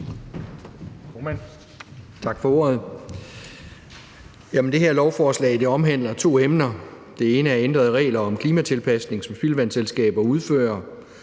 Tak for ordet. Det her lovforslag omhandler to emner. Det ene er ændrede regler om klimatilpasning, som spildevandsselskaber udfører,